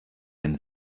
den